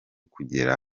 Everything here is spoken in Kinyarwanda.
kugera